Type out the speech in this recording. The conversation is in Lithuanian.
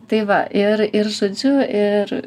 tai va ir ir žodžiu ir